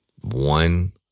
One